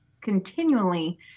continually